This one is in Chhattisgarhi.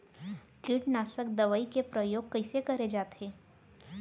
कीटनाशक दवई के प्रयोग कइसे करे जाथे?